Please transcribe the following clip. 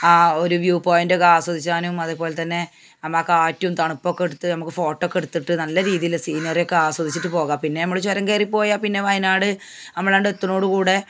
ആ ഒരു വ്യൂ പോയിൻറ്റൊക്കെ ആസ്വദിക്കാനും അതെപോലെതന്നെ അമ്മാ കാറ്റും തണുപ്പൊക്കെ എടുത്ത് അമക്ക് ഫോട്ടോ ഒക്കെ എടുത്തിട്ട് നല്ല രീതിയിൽ സീനറിയൊക്കെ ആസ്വദിച്ചിട്ട് പോക പിന്നെ യമ്മൾ ചുരം കയറി പോയാൽ പിന്നെ വയനാട് അമ്മളാണ്ട് എത്തനോട് കൂടി